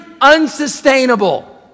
unsustainable